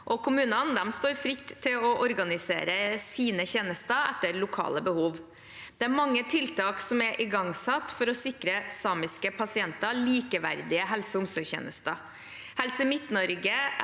kommunene står fritt til å organisere sine tjenester etter lokale behov. Det er mange tiltak som er igangsatt for å sikre samiske pasienter likeverdige helse- og omsorgstjenester.